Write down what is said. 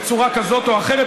בצורה כזאת או אחרת,